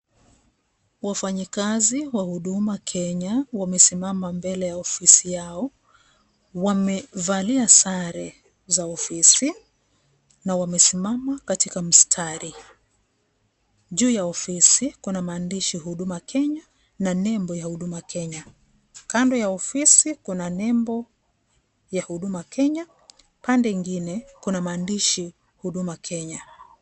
Wafanyikazi wa huduma Kenya wamesimama mbele ya ofisi yao, wamevalia sare za ofisi, na wamesimama katika mstari, juu ya ofisi kuna maandishi ya huduma Kenya na nembo ya huduma Kenya kando ya ofisi kuna nembo ya huduma Kenya pande ingine kuna maandishi huduma Kenya.